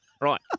Right